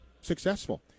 successful